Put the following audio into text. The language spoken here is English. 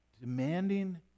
demanding